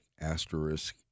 asterisk